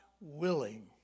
willing